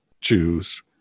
jews